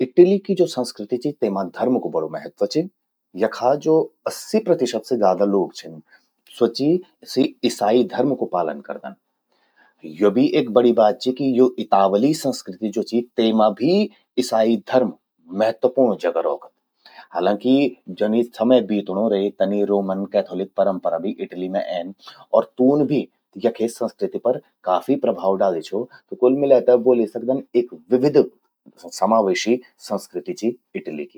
इटली कि ज्वो संस्कृति चि, तेमा धर्म कु बड़ू महत्व चि। यखा ज्वो अस्सी प्रतिशत से ज्यादा लोग छिन, स्वो चि, सि ईसाई धर्म कु पालन करदन। यो भी एक बड़ि बात चि कि यो ज्वो इतावली संस्कृति चि तेमा भी ईसाई धर्म महत्वपूर्ण जगा रौखद। हालांकि जनि समय बीतणू रे तनि रोमन कैथोलिक परंपरा भी इटली मां ऐन। और तून भी यखे संस्कृति पर काफी प्रभाव डाली छो। त कुल मिलै ते ब्वोलि सकदन एक विविध समावेशी संस्कृति चि इटली कि।